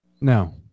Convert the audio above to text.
No